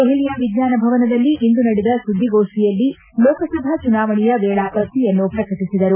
ದೆಹಲಿಯ ವಿಜ್ವಾನ ಭವನದಲ್ಲಿಂದು ನಡೆದ ಸುದ್ದಿಗೋಷ್ಠಿಯಲ್ಲಿ ಲೋಕಸಭಾ ಚುನಾವಣೆಯ ವೇಳಾಪಟ್ಟಿಯನ್ನು ಪ್ರಕಟಿಸಿದರು